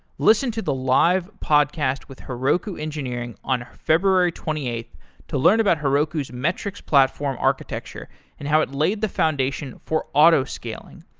listen to the live podcast with heroku engineering on february twenty eighth to learn about heroku's metrics platform architecture and how it laid the foundation for auto scaling.